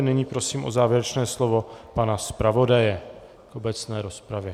Nyní prosím o závěrečné slovo pana zpravodaje v obecné rozpravě.